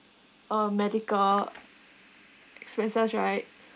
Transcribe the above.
uh medical expenses right